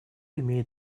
имеет